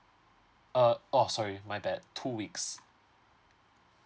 uh oh sorry my bad two weeks